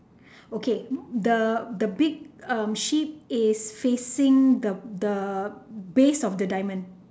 okay the the big um sheep is facing the the base of the diamond